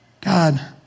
God